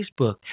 Facebook